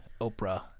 Oprah